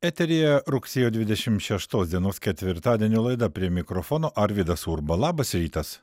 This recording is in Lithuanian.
eteryje rugsėjo dvidešim šeštos dienos ketvirtadienio laida prie mikrofono arvydas urba labas rytas